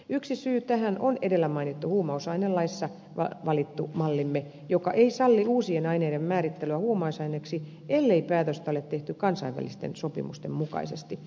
yksi syy tähän on edellä mainittu huumausainelaissa valittu mallimme joka ei salli uusien aineiden määrittelyä huumausaineiksi ellei päätöstä ole tehty kansainvälisten sopimusten mukaisesti